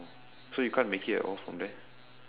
so you can't make it at all from there